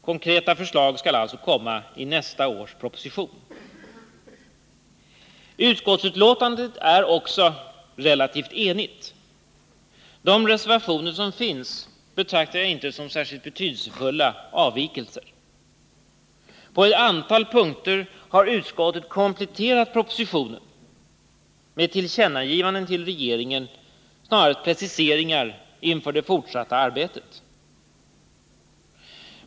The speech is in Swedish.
Konkreta förslag skall alltså komma i nästa års proposition. Utskottsbetänkandet är också relativt enhälligt. De reservationer som finns betraktar jag inte som särskilt betydelsefulla avvikelser. På ett antal punkter har utskottet kompletterat propositionen med tillkännagivanden till regeringen — det är snarast preciseringar inför det fortsatta arbetet.